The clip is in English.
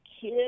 kid